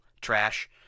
trash